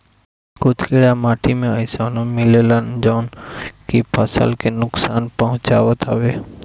कुछ कीड़ा माटी में अइसनो मिलेलन जवन की फसल के नुकसान पहुँचावत हवे